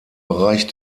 bereich